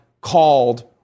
called